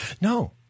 No